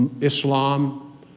Islam